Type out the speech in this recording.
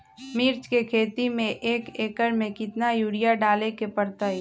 मिर्च के खेती में एक एकर में कितना यूरिया डाले के परतई?